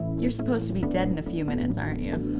you're supposed to be dead in a few minutes aren't you?